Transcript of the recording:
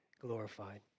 glorified